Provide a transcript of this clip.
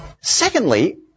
Secondly